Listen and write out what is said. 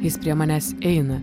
jis prie manęs eina